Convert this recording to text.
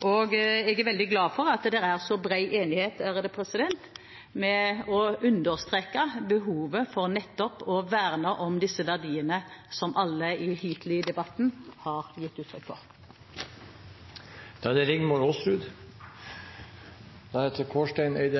friheten. Jeg er veldig glad for at det er så bred enighet med hensyn til å understreke behovet for nettopp å verne om disse verdiene, som alle hittil i debatten har gitt uttrykk for. De talere som heretter får ordet,